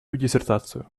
диссертацию